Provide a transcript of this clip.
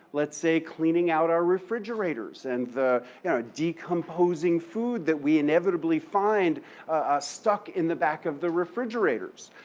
let's say, cleaning out our refrigerators and the yeah decomposing food that we inevitably find stuck in the back of the refrigerators.